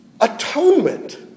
atonement